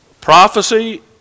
Prophecy